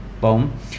boom